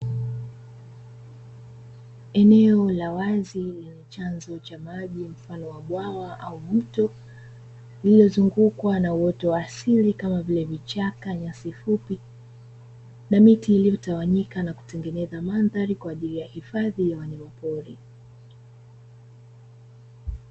Eneo la wazi lenye chanzo cha maji mfano wa bwawa au mto lililozungukwa na uoto wa asili kama vile vichaka, nyasi fupi na miti iliyotawanyika na kutengeneza mandhari kwa ajili ya hifadhi ya wanyamapori.